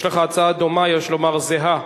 יש לך הצעה דומה, יש לומר זהה,